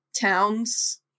towns